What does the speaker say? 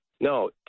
no